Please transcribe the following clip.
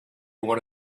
one